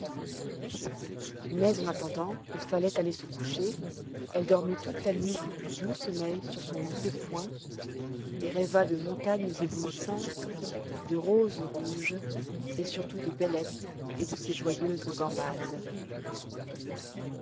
mais en attendant il fallait aller se coucher elle dormit toute la nuit du plus doux sommeil sur son lit de foin et rêva de montagnes éblouissantes de roses rouges et surfont de bellette et de ses joyeuses gambades